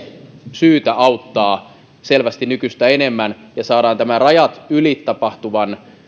syytä auttaa selvästi nykyistä enemmän ja saada tämä rajan yli tapahtuva